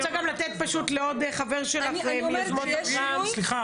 ער סליחה,